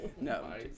No